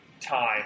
time